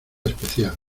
especial